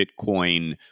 Bitcoin